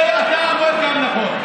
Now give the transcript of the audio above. זה אתה אמרת נכון.